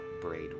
braid